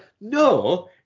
no